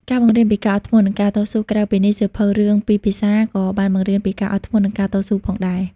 ការបង្រៀនពីការអត់ធ្មត់ និងការតស៊ូក្រៅពីនេះ សៀវភៅរឿងពីរភាសាក៏បានបង្រៀនពីការអត់ធ្មត់ និងការតស៊ូផងដែរ។